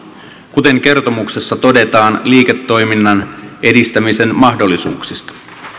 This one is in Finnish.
kuten kertomuksessa todetaan liiketoiminnan edistämisen mahdollisuuksista